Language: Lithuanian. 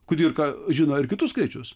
kudirka žino ir kitus skaičius